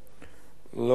לא רבים מאתנו,